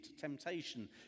temptation